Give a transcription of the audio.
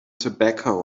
tobacco